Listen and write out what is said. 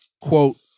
quote